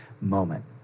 moment